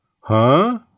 Huh